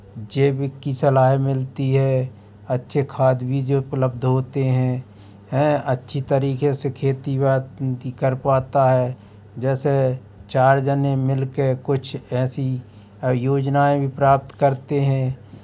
जैविक की सलाह मिलती है अच्छे खाद बीज उपलब्ध होते हैं हें अच्छी तरीके से खेती बाती कर पाता है जैसे चार जने मिल के ऐसी योजनाएँ भी प्राप्त करते हैं